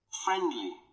friendly